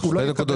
שאלה